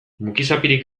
mukizapirik